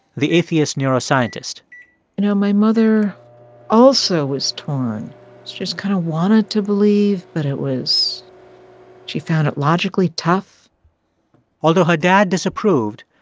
the atheist neuroscientist you know, my mother also was torn. she just kind of wanted to believe, but it was she found it logically tough although her dad disapproved,